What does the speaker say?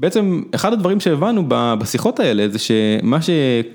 בעצם, אחד הדברים שהבנו בשיחות האלה זה שמה ש...